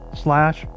slash